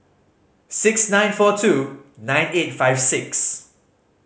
six nine four two nine eight five six